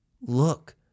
look